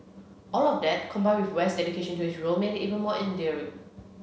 all of that combined with West's dedication to his role made it even more endearing